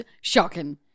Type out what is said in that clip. shocking